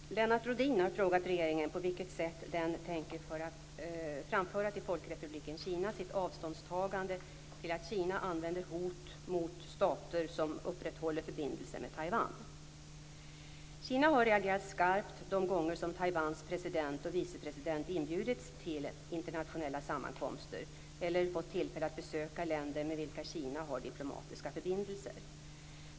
Fru talman! Lennart Rohdin har frågat regeringen på vilket sätt den tänker framföra till Folkrepubliken Kina sitt avståndstagande till att Kina använder hot mot stater som upprätthåller förbindelser med Kina har reagerat skarpt de gånger som Taiwans president och vicepresident inbjudits till internationella sammankomster eller fått tillfälle att besöka länder med vilka Kina har diplomatiska förbindelser.